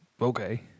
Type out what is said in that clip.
Okay